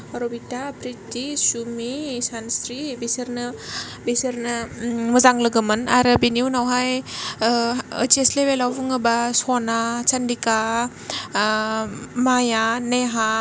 रबिता प्रिति सुमि सानस्रि बिसोरनो बिसोरनो मोजां लोगोमोन आरो बिनि उनावहाय ओइस एस लेबेलाव बुङोब्ला स'ना सानदिखा माया नेहा